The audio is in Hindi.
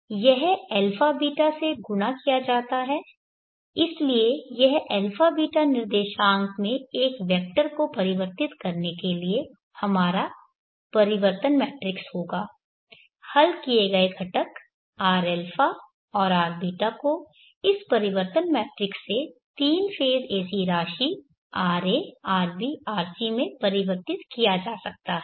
तो यह αβ से गुणा किया जाता है इसलिए यह αβ निर्देशांक में एक वेक्टर को परिवर्तित करने के लिए हमारा परिवर्तन मैट्रिक्स होगा हल किए गए घटक rα और rβ को इस परिवर्तन मैट्रिक्स से तीन फेज़ AC राशि ra rb rc में परिवर्तित किया जा सकता है